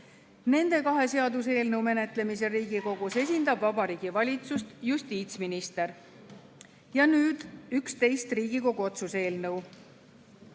Nende kahe seaduseelnõu menetlemisel Riigikogus esindab Vabariigi Valitsust justiitsminister. Nüüd 11 Riigikogu otsuse eelnõu.